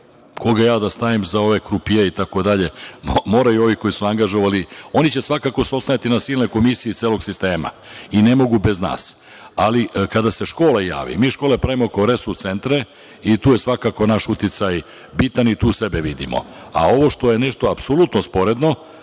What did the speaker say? koga ja da stavim za ove krupijee, moraju ovi koji su angažovali, oni će se svakako oslanjati na silne komisije iz celog sistema i ne mogu bez nas. Ali, kada se škola javi, mi škole pravimo ko resurs centre i tu je, svakako naš uticaj bitan i tu sebe vidimo. Ono što je nešto apsolutno sporedno,